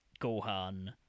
gohan